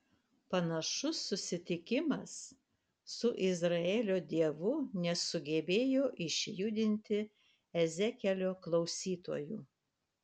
panašus susitikimas su izraelio dievu nesugebėjo išjudinti ezekielio klausytojų